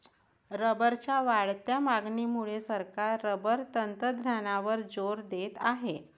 रबरच्या वाढत्या मागणीमुळे सरकार रबर तंत्रज्ञानावर जोर देत आहे